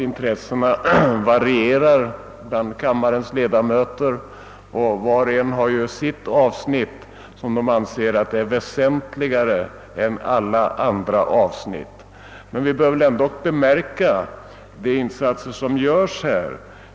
Intressena kan variera bland kammarens ledamöter och för var och en av oss framstår vissa avsnitt som väsentligare än alla andra avsnitt. Vi bör emellertid ändå bemärka de insatser som görs på detta område.